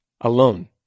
alone